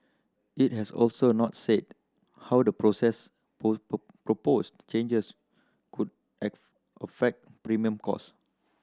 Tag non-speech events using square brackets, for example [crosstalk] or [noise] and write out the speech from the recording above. it has also not said how the process [unintelligible] proposed changes could [unintelligible] affect premium cost